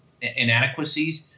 inadequacies